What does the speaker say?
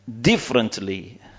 differently